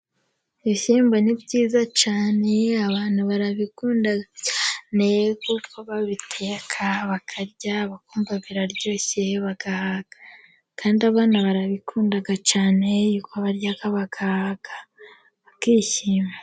Ibishyimbo ni byiza cyane, abantu barabikunda cyane kuko babiteka, bakarya bagahaga bakumva biraryoshye kandi abana barabikunda cyane bararya bagahaga bakishima.